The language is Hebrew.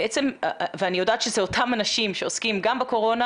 ואני יודעת שאלה אותם אנשים שעוסקים גם בקורונה